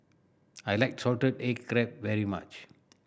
I like salted egg crab very much